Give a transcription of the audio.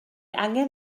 angen